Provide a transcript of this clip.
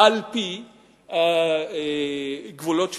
על-פי גבולות 67',